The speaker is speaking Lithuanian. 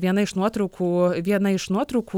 viena iš nuotraukų viena iš nuotraukų